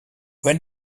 when